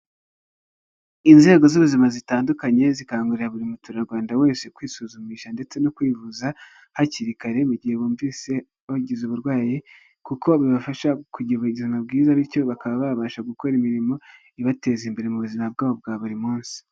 Inzego z'ubuzima zitandukanye zikangurira buri muturarwanda wese kwisuzumisha ndetse no kwivuza hakiri kare, mu gihe wumvise wagize uburwayi kuko bibafasha kugira ubuzima bwiza, bityo bakaba babasha gukora imirimo ibateza imbere mu buzima bwabo bwa buri munsi.